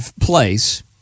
place